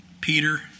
Peter